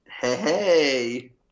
Hey